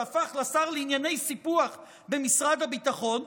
שהפך לשר לענייני סיפוח במשרד הביטחון,